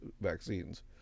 vaccines